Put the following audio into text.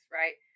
right